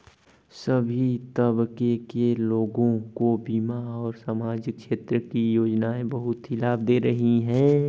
सभी तबके के लोगों को बीमा और सामाजिक क्षेत्र की योजनाएं बहुत ही लाभ दे रही हैं